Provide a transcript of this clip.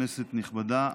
כנסת נכבדה,